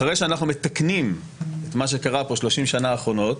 אחרי שאנחנו מתקנים את מה שקרה פה ב-30 שנה האחרונות,